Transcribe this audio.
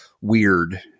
weird